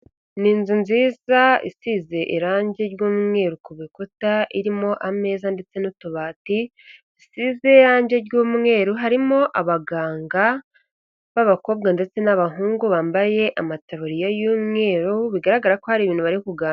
Ni inzu nziza isize irangi ry'umweru ku bikuta, irimo ameza ndetse n'utubati, isize irangi ry'umweru harimo abaganga b'abakobwa ndetse n'abahungu bambaye amataburiya y'umweru, bigaragara ko hari ibintu bari kuganira.